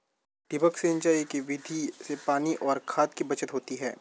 ठिबक सिंचाई की विधि से पानी और खाद की बचत होती है